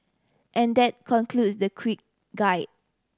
and that concludes the quick guide